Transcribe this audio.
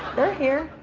they're here.